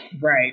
Right